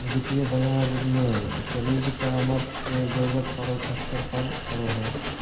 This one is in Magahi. वित्तीय बाजार में क्रेडिट परामर्श के जरूरत बड़ा स्तर पर पड़ो हइ